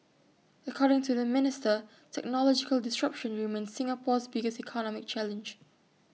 according to the minister technological disruption remains Singapore's biggest economic challenge